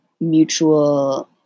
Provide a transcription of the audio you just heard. mutual